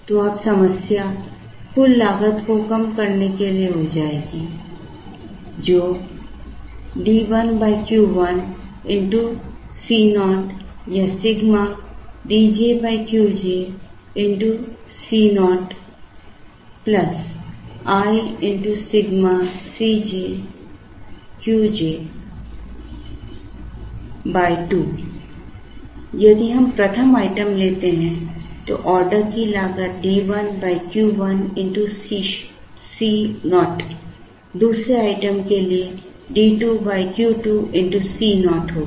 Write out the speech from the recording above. तो अब समस्या कुल लागत को कम करने के लिए हो जाएगी जो D1 Q1 Co या sigma Dj Qj Co i x sigma Qj Cj 2 यदि हम प्रथम आइटम लेते हैं तो ऑर्डर की लागत D 1 Q 1 Co दूसरे आइटम के लिए D 2 Q 2 Co होगी